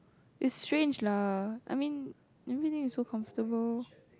is strange lah I mean everything is so comfortable